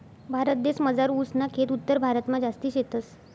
भारतदेसमझार ऊस ना खेत उत्तरभारतमा जास्ती शेतस